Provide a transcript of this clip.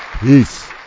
Peace